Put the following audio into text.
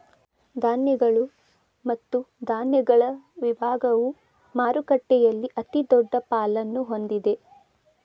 ಧಾನ್ಯಗಳು ಮತ್ತು ಧಾನ್ಯಗಳ ವಿಭಾಗವು ಮಾರುಕಟ್ಟೆಯಲ್ಲಿ ಅತಿದೊಡ್ಡ ಪಾಲನ್ನು ಹೊಂದಿದೆ